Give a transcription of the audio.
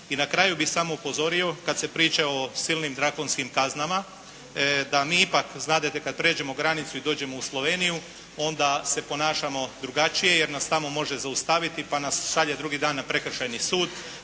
I na kraju bi samo upozorio kad se priča o silnim drakonskim kaznama da mi ipak znadete kad pređemo granicu i dođemo u Sloveniju onda se ponašamo drugačije jer nas tamo može zaustaviti pa nas šalje drugi dan na prekršajni sud.